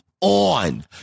on